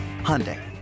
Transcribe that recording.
Hyundai